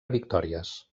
victòries